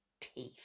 teeth